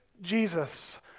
Jesus